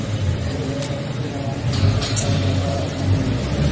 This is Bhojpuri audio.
एह घरी मशीन के जमाना में दउरी के काम ज्यादे आसन हो गईल बा